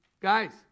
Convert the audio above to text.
Guys